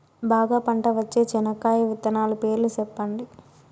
బాగా పంట వచ్చే చెనక్కాయ విత్తనాలు పేర్లు సెప్పండి?